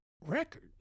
record